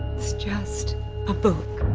it's just a book.